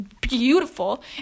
beautiful